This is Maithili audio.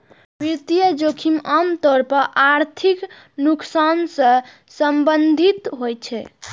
वित्तीय जोखिम आम तौर पर आर्थिक नुकसान सं संबंधित होइ छै